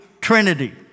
trinity